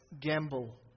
gamble